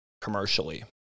commercially